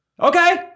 okay